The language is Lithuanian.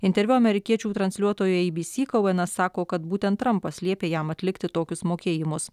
interviu amerikiečių transliuotojui ei by sy kouenas sako kad būtent trampas liepė jam atlikti tokius mokėjimus